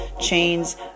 chains